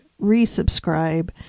resubscribe